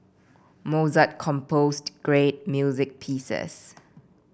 Mozart composed great music pieces